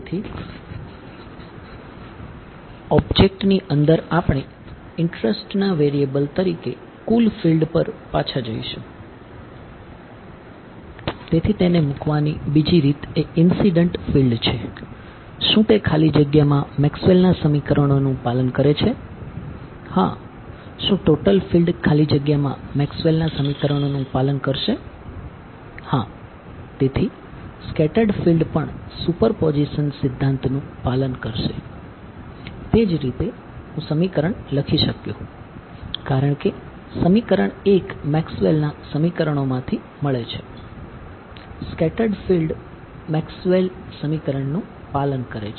તેથી તેને મૂકવાની બીજી રીત એ ઇન્સીડંટ નું પાલન કરે છે